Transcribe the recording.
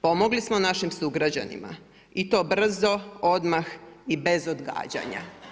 Pomogli smo našim sugrađanima i to brzo, odmah i bez odgađanja.